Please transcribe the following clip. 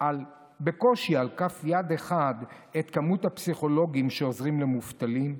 בקושי על כף יד אחת את מספר הפסיכולוגים שעוזרים למובטלים?